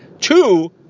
Two